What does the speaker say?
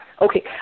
Okay